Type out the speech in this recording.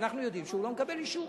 ואנחנו יודעים שהוא לא מקבל אישור.